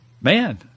man